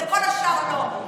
לכל השאר לא.